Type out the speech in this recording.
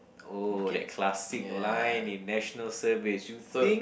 oh that classic line in National Service you think